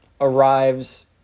arrives